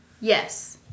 yes